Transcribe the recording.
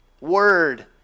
word